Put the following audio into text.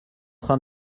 train